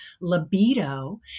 libido